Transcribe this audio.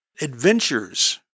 adventures